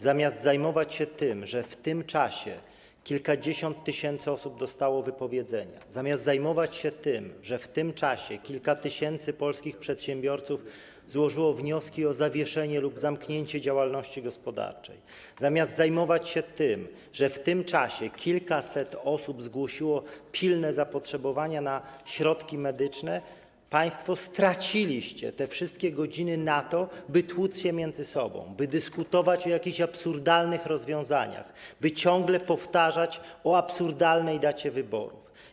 Zamiast zajmować się tym, że w tym czasie kilkadziesiąt tysięcy osób dostało wypowiedzenia, zamiast zajmować się tym, że w tym czasie kilka tysięcy polskich przedsiębiorców złożyło wnioski o zawieszenie lub zamknięcie działalności gospodarczej, zamiast zajmować się tym, że w tym czasie kilkaset osób zgłosiło pilne zapotrzebowanie na środki medyczne, państwo straciliście te wszystkie godziny na to, by tłuc się między sobą, by dyskutować o jakichś absurdalnych rozwiązaniach, by ciągle powtarzać o absurdalnej dacie wyborów.